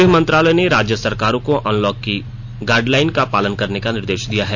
गृह मंत्रालय ने राज्य सरकारों को अनलॉक की गाइडलाइन का पालन करने का निर्देश दिया है